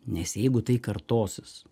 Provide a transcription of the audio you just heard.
nes jeigu tai kartosis